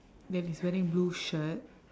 then he's wearing blue shirt